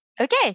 Okay